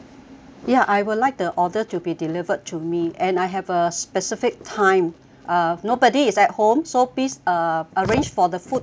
ya I would like the order to be delivered to me and I have a specific time uh nobody is at home so please uh arranged for the food to be at